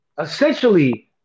essentially